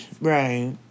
Right